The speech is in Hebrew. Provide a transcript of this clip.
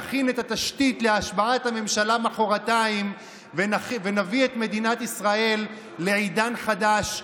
נכין את התשתית להשבעת הממשלה מוחרתיים ונביא את מדינת ישראל לעידן חדש,